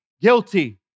guilty